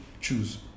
choose